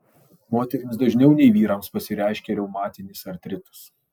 moterims dažniau nei vyrams pasireiškia reumatinis artritas